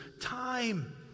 Time